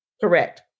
Correct